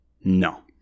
No